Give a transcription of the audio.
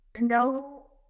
no